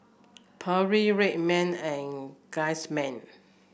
Perrier Red Man and Guardsman